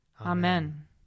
Amen